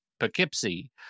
Poughkeepsie